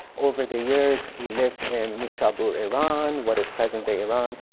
over the years he lived in nishapur, iran, what is present-day iran,